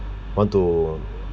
want to